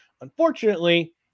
Unfortunately